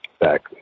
back